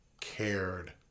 cared